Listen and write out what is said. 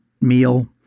meal